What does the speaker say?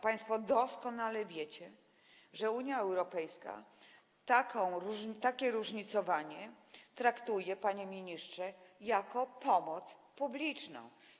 Państwo doskonale wiecie, że Unia Europejska takie różnicowanie traktuje, panie ministrze, jako pomoc publiczną.